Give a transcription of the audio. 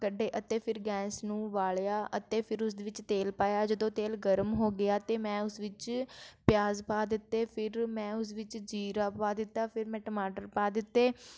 ਕੱਢੇ ਅਤੇ ਫਿਰ ਗੈਸ ਨੂੰ ਬਾਲਿਆ ਅਤੇ ਫਿਰ ਉਸਦੇ ਵਿੱਚ ਤੇਲ ਪਾਇਆ ਜਦੋਂ ਤੇਲ ਗਰਮ ਹੋ ਗਿਆ ਤਾਂ ਮੈਂ ਉਸ ਵਿੱਚ ਪਿਆਜ਼ ਪਾ ਦਿੱਤੇ ਫਿਰ ਮੈਂ ਉਸ ਵਿੱਚ ਜੀਰਾ ਪਾ ਦਿੱਤਾ ਫਿਰ ਮੈਂ ਟਮਾਟਰ ਪਾ ਦਿੱਤੇ